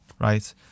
Right